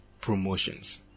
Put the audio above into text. Promotions